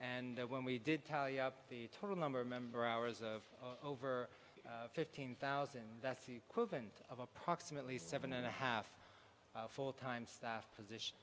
and when we did tell you the total number of member hours of over fifteen thousand that's the equivalent of approximately seven and a half full time staff position